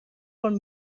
con